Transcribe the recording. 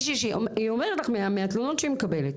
היא אומרת לך מהתלונות שהיא מקבלת,